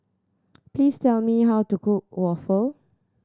please tell me how to cook waffle